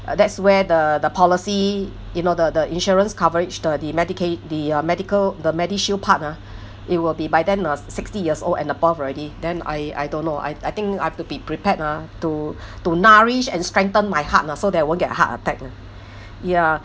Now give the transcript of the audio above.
uh that's where the the policy you know the the insurance coverage the the medical the uh medical the medishield part ah it will be by then uh sixty years old and above already then I I don't know I I think I have to be prepared ah to to nourish and strengthen my heart lah so that I won't get heart attack lah ya